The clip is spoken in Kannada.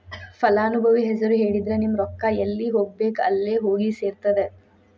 ಫಲಾನುಭವಿ ಹೆಸರು ಹೇಳಿದ್ರ ನಿಮ್ಮ ರೊಕ್ಕಾ ಎಲ್ಲಿ ಹೋಗಬೇಕ್ ಅಲ್ಲೆ ಹೋಗಿ ಸೆರ್ತದ